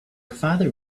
father